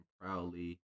proudly